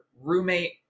roommate